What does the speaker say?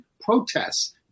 protests